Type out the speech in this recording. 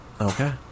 Okay